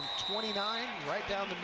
twenty nine. right down